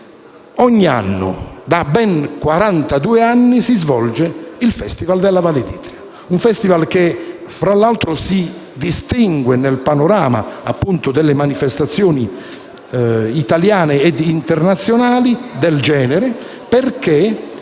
ogni anno, da ben quarantadue anni, si svolge il Festival della Valle d'Itria, che fra l'altro si distingue nel panorama delle manifestazioni italiane e internazionali del genere perché